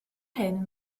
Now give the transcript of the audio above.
hyn